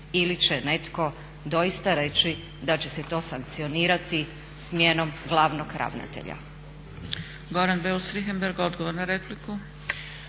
ili će netko doista reći da će se to sankcionirati smjenom glavnog ravnatelja. **Zgrebec, Dragica (SDP)** Goran Beus Richembergh odgovor na repliku.